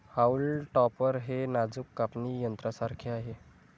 haulm topper हे नाजूक कापणी यंत्रासारखे आहे